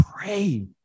pray